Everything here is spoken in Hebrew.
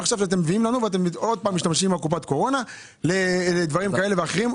כרגע אתם שוב משתמשים בקופת קורונה לדברים כאלה ואחרים.